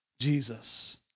Jesus